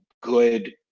good